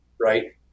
Right